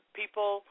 people